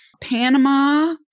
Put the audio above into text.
Panama